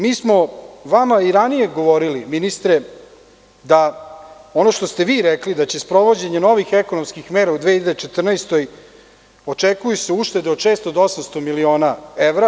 Mi smo vama i ranije govorili, ministre, da ono što ste vi rekli daće sprovođenje novih ekonomskih mera u 2014. godini – očekuju se uštede od 600 do 800 miliona evra.